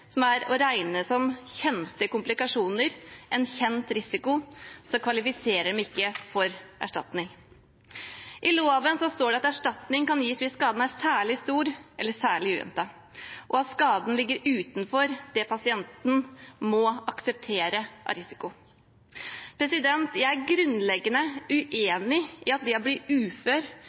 er å regne som kjente komplikasjoner, en kjent risiko, kvalifiserer de ikke for erstatning. I loven står det at erstatning kan gis hvis skaden er særlig stor eller særlig uventet, og at skaden ligger utenfor det pasienten må akseptere av risiko. Jeg er grunnleggende uenig i at det å bli ufør